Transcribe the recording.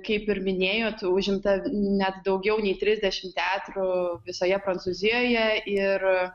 kaip ir minėjot užimta net daugiau nei trisdešimt teatrų visoje prancūzijoje ir